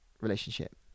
relationship